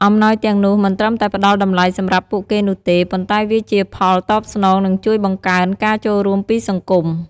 អំណោយទាំងនោះមិនត្រឹមតែផ្តល់តម្លៃសម្រាប់ពួកគេនោះទេ ប៉ុន្តែវាជាផលតបស្នង និងជួយបង្កើនការចូលរួមពីសង្គម។